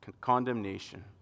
condemnation